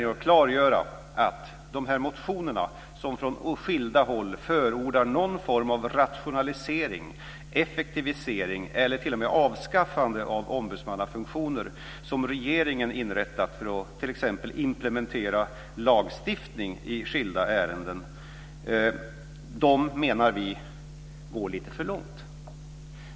Jag vill klargöra att man i motionerna från skilda håll förordar någon form av rationalisering, effektivisering eller t.o.m. avskaffande av ombudsmannafunktioner som regeringen inrättat för att t.ex. implementera lagstiftning i skilda ärenden. Vi menar att de går lite för långt.